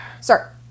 Sir